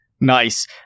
Nice